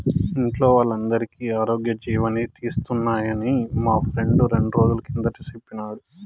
ఇంట్లో వోల్లందరికీ ఆరోగ్యజీవని తీస్తున్నామని మా ఫ్రెండు రెండ్రోజుల కిందట సెప్పినాడు